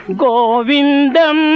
govindam